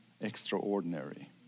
extraordinary